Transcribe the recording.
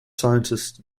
scientists